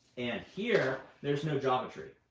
and here there's no java tree.